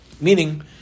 meaning